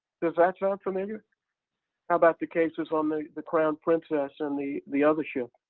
does that sound familiar? how about the cases on the the crown princess and the the other ship?